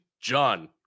John